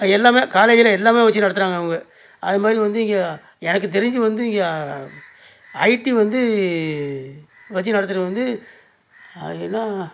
எல்லாம் காலேஜில் எல்லாம் வச்சு நடத்துகிறாங்க அவங்க அது மாதிரி வந்து இங்கே எனக்கு தெரிஞ்சு வந்து இங்கே ஐடி வந்து வச்சு நடத்துகிறது வந்து அது என்ன